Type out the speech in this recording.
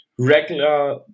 regular